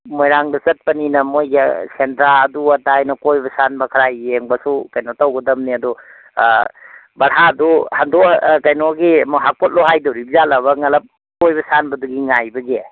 ꯃꯣꯏꯔꯥꯡꯗ ꯆꯠꯄꯅꯤꯅ ꯃꯣꯏꯒꯤ ꯁꯦꯟꯗ꯭ꯔꯥ ꯑꯗꯨ ꯑꯗꯥꯑꯅ ꯀꯣꯏꯕ ꯁꯥꯟꯕ ꯌꯦꯡꯕꯁꯨ ꯀꯩꯅꯣ ꯇꯧꯒꯗꯝꯅꯦ ꯑꯗꯨ ꯚꯔꯥꯗꯨ ꯀꯩꯅꯣꯒꯤ ꯑꯃꯨꯛ ꯍꯥꯞꯀꯠꯂꯨ ꯍꯥꯏꯗꯣꯔꯤꯕꯖꯥꯠꯂꯕ ꯉꯜꯂꯞ ꯀꯣꯏꯕ ꯁꯥꯟꯕꯗꯨꯒꯤ ꯉꯥꯏꯕꯗꯨꯒꯤ